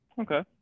Okay